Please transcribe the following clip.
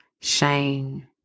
shame